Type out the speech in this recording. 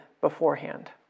beforehand